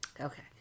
Okay